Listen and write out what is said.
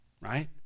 right